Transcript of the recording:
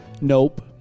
nope